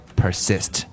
,persist